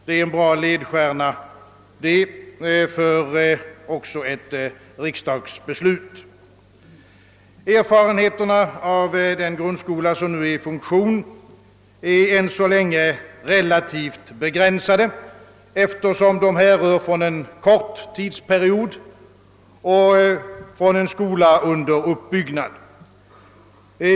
Det är en bra ledstjärna också för ett riksdagsbeslut. Erfarenheterna av den grundskola som nu är i funktion är ännu så länge relativt begränsade, eftersom de härrör från en kort tidsperiod och från en skola under uppbyggnad.